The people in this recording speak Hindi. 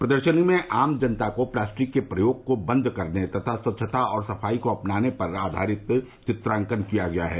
प्रदर्शनी में आम जनता को प्लास्टिक के प्रयोग को बंद करने तथा स्वच्छता और सफाई को अपनाने पर आवारित चित्रांकन किया गया है